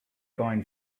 coin